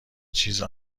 چیز